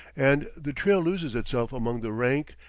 and the trail loses itself among the rank,